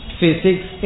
physics